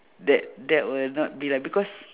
that that will not be lah because